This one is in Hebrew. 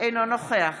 אינו נוכח